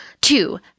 Two